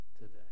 today